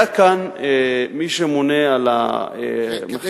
היה כאן מי שממונה על המחקר,